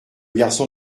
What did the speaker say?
garçon